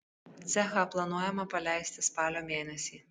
cechą planuojama paleisti spalio mėnesį